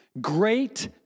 great